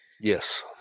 yes